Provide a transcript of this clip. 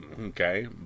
Okay